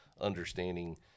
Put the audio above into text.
understanding